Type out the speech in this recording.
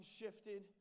shifted